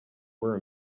were